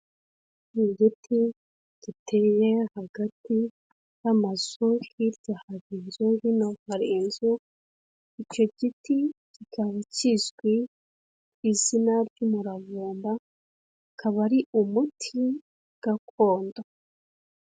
Ni igiti giteye hagati y'amazu hirya hari inzu hino hari inzu. Icyo giti kikaba kizwi ku izina ry'umuravumba, akaba ari umuti gakondo.